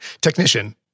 Technician